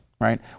Right